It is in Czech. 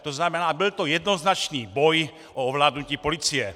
To znamená, byl to jednoznačný boj o ovládnutí policie.